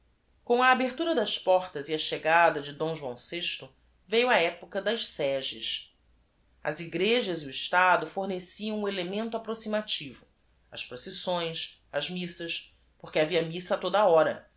a abertura das portas e a chegada de oão v e i u a época das seges igrejas e o estado forneciam o elemento appro x i m a t i v o as procissões as missas porque havia missa a toda a hora